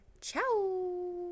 ciao